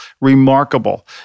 remarkable